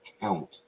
count